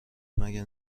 مگر